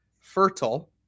fertile